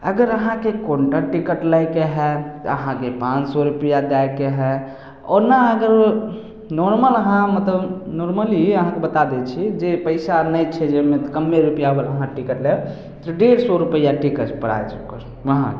अगर अहाँके counter ticket लऽके हइ तऽ अहाँके पाॅंच सए रुपैआ दै के हइ ओना अगर नॉर्मल अहाँ मतलब नॉर्मली अहाँके बता दै छी जे पैसा नहि छै जेबमे तऽ कमे रुपैआ बला अहाँ टिकट लायब तऽ डेढ़ सए रुपैआ टिकट प्राप्त करु वहाँ